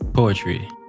poetry